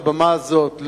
מעל הבמה הזאת,